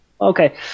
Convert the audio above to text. Okay